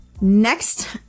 Next